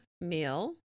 meal